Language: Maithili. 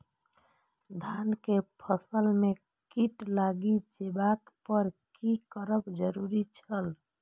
धान के फसल में कीट लागि जेबाक पर की करब जरुरी छल?